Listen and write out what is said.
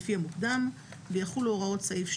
לפי המוקדם ויחולו הוראות סעיף 2(ז1)